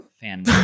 Fan